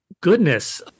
Goodness